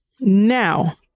Now